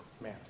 Man